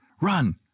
run